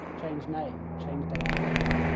change name or change date of birth.